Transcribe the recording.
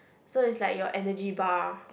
so is like your energy bar